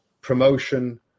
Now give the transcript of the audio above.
promotion